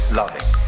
loving